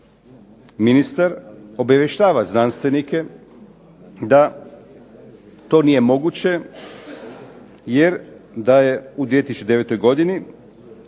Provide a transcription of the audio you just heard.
Ministar obavještava znanstvenike da to nije moguće, jer da je u 2009. godini